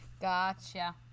Gotcha